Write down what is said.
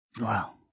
Wow